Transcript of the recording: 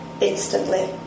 instantly